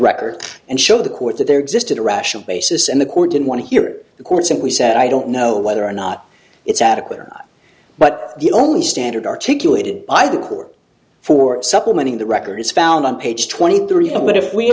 records and show the court that there existed a rational basis and the court didn't want to hear the court's and we said i don't know whether or not it's adequate or not but the only standard articulated by the court for supplementing the record is found on page twenty three of that if we